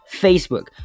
Facebook